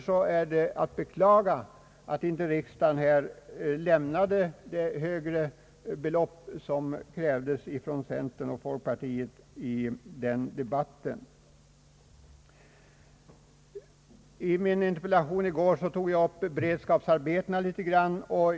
Det är därför att beklaga att riksdagen inte anvisade det högre belopp som krävdes av folkpartiets och centerpartiets representanter. I min interpellation i går tog jag en smula upp frågan om beredskapsarbetena.